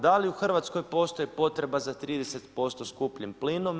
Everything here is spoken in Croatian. Da li u Hrvatskoj postoji potreba za 30% skupljim plinom?